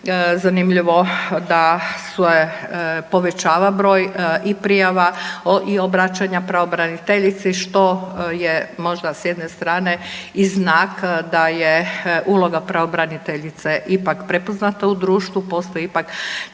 zanimljivo da se povećava broj i prijava i obraćanja pravobraniteljici, što je možda s jedne strane i znak da je uloga pravobraniteljice ipak prepoznata u društvu. Postoji ipak ta